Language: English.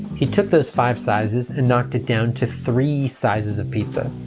he took those five sizes and knocked it down to three sizes of pizza.